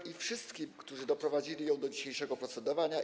Dziękuję wszystkim, którzy doprowadzili do dzisiejszego procedowania.